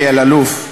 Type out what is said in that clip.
אלי אלאלוף,